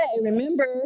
remember